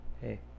Hey